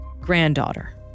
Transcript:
granddaughter